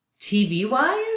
TV-wise